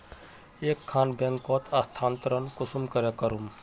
एक खान बैंकोत स्थानंतरण कुंसम करे करूम?